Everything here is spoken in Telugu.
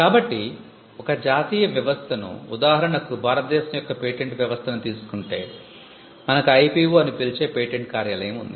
కాబట్టి ఒక జాతీయ వ్యవస్థను ఉదాహరణకు భారతదేశం యొక్క పేటెంట్ వ్యవస్థను తీసుకుంటే మనకు IPO అని పిలిచే పేటెంట్ కార్యాలయం ఉంది